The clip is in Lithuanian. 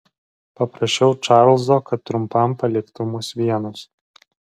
paprašiau čarlzo kad trumpam paliktų mus vienus